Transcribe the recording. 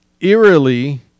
eerily